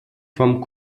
vom